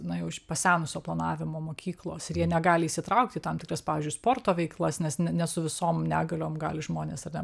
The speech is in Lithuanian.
na jau iš pasenusio planavimo mokyklos ir jie negali įsitraukti į tam tikras pavyzdžiui sporto veiklas nes ne su visom negaliom gali žmonės ar ne